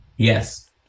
Yes